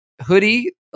hoodie